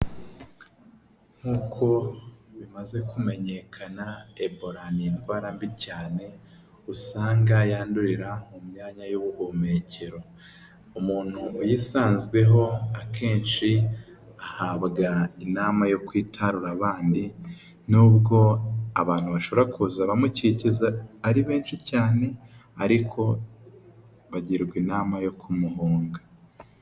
Nk'uko bimaze kumenyekana ebola ni indwara mbi cyane usanga yandurira mu myanya y'ubuhumekero, umuntu uyisanzweho akenshi ahabwa inama yo kwitarura abandi n'ubwo abantu bashobora kuza bamukikiza ari benshi cyane ariko bagirwa inama yo kumuhunga.